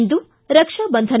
ಇಂದು ರಕ್ಷಾ ಬಂಧನ